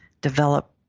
develop